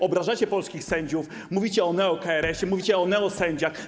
Obrażacie polskich sędziów, mówicie o neo-KRS-ie, mówicie o neosędziach.